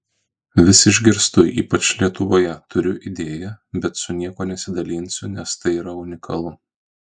vis išgirstu ypač lietuvoje turiu idėją bet su niekuo nesidalinsiu nes tai yra unikalu